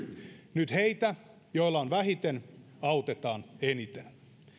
nyt heitä joilla on vähiten autetaan eniten